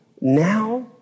now